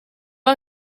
are